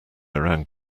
around